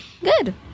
Good